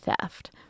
theft